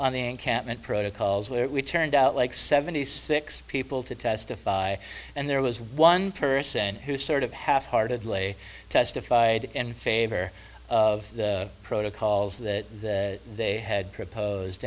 encampment protocols where we turned out like seventy six people to testify and there was one person who sort of half heartedly testified in favor of the protocols that they had proposed